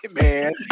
man